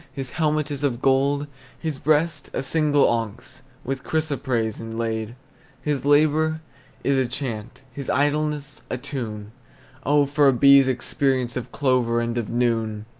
his helmet is of gold his breast, a single onyx with chrysoprase, inlaid. his labor is a chant, his idleness a tune oh, for a bee's experience of clovers and of noon!